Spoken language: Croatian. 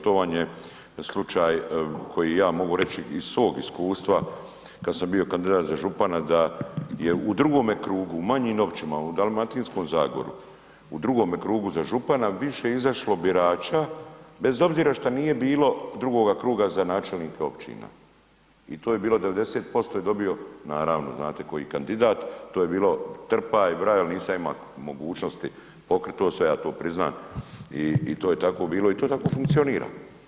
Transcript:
To vam je slučaj koji ja mogu reći iz svog iskustva kada sam bio kandidat za župana da je u drugome krugu u manjim općinama u Dalmatinskoj zagori u drugome krugu za župana više izašlo birača bez obzira šta nije bilo drugoga kruga za načelnika općina i to je bilo 90% je dobio, naravno znate koji kandidat, to je bilo trpaj brajo, nisam imao mogućnosti pokriti to sve ja to priznam i to je tako bilo i to tako i funkcionira.